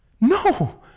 No